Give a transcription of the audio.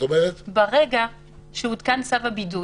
ברגע שהותקן צו הבידוד